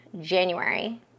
January